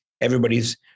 everybody's